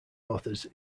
authors